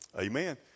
Amen